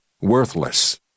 worthless